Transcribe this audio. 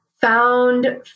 found